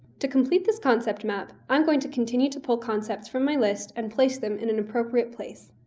to complete this concept map, i'm going to continue to pull concepts from my list and place them in an appropriate place.